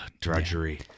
Drudgery